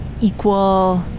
equal